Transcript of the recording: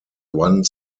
one